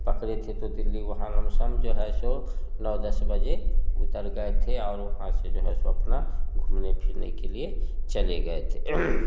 पकड़े थे तो दिल्ली वहाँ लमसम जो है सो नौ दस बजे उतर गए थे वहाँ से जो है सो अपना घूमने फिरने के लिए चले गए थे